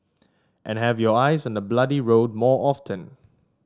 and have your eyes on the bloody road more often